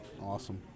Awesome